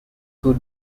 two